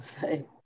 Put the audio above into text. say